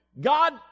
God